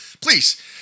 Please